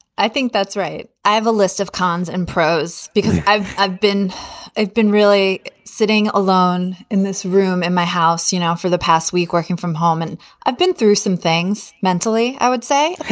i think that's right. i have a list of cons and pros because i've i've been i've been really sitting alone in this room in my house, you know, for the past week working from home. and i've been through some things. mentally, i would say.